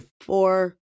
four